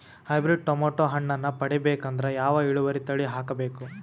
Hybrid tomato ಹಣ್ಣನ್ನ ಪಡಿಬೇಕಂದರ ಯಾವ ಇಳುವರಿ ತಳಿ ಹಾಕಬೇಕು?